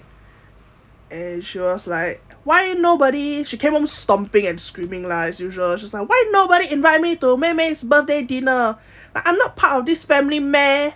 and she was like why nobody she came home stomping and screaming lah as usual why nobody invite me to 妹妹 birthday dinner like I'm not part of this family meh